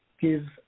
give